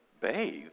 bathe